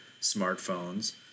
smartphones